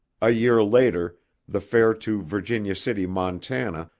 a year later the fare to virginia city, montana,